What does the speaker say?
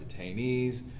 detainees